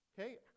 okay